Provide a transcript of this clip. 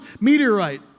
meteorite